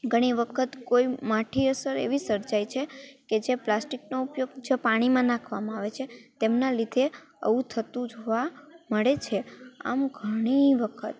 ઘણી વખત કોઈ માઠી અસર એવી સર્જાય છે કે જે પ્લાસ્ટિકનો ઉપયોગ જે પાણીમાં નાખવામાં આવે છે તેમનાં લીધે આવું થતું જોવાં મળે છે આમ ઘણી વખત